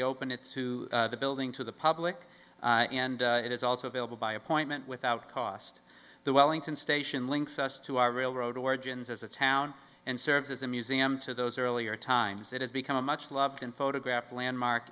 article open it to the building to the public and it is also available by appointment without cost the wellington station links us to our railroad origins as a town and serves as a museum to those earlier times it has become a much loved and photographed landmark